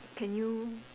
can you